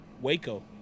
Waco